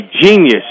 genius